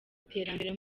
iterambere